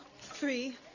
three